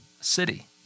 City